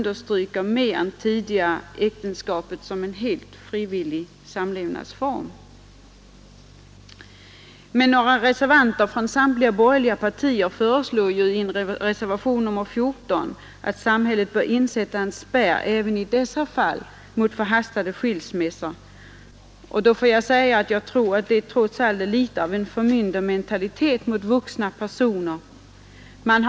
Därmed under att samhället bör insätta en spärr i dessa fall mot förhastade skilsmässor. Nr 105 Jag måste säga att detta tyder på litet av förmyndarmentalitet mot vuxna Onsdagen den människor.